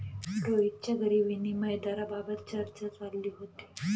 रोहितच्या घरी विनिमय दराबाबत चर्चा चालली होती